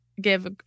give